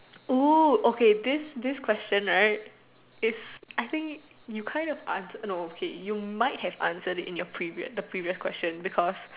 oh okay this this question right is I think you kind of answer no okay you might have answered in the previous the previous question because